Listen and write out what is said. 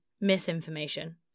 misinformation